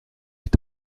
est